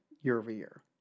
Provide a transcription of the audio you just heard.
year-over-year